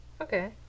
Okay